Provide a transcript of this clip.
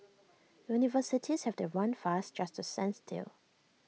universities have to run fast just to stand still